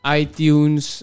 iTunes